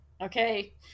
okay